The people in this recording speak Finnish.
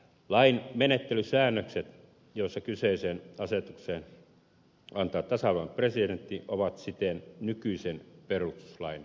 lain menettelysäännökset joissa kyseisen asetuksen antaa tasavallan presidentti ovat siten nykyisen perustuslain mukaiset